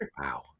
wow